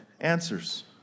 answers